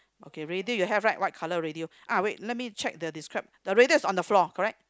okay radio you have right white color radio uh wait let me check the describe the radio is on the floor correct